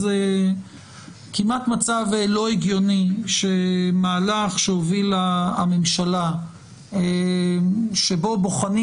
זה כמעט מצב לא הגיוני שמהלך שהובילה הממשלה שבו בוחנים